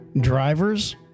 Drivers